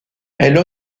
elle